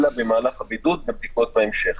אלא במהלך הבידוד בבדיקות בהמשך,